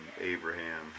Abraham